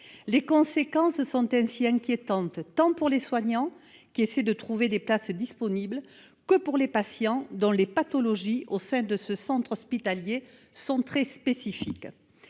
Les conséquences sont inquiétantes, tant pour les soignants qui essaient de trouver des places disponibles que pour les patients dont les pathologies, au sein de ce centre hospitalier, sont très spécifiques.